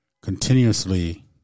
continuously